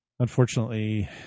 Unfortunately